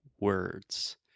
words